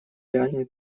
реальную